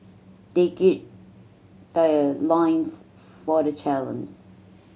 they gird their loins for the challenge